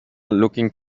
looking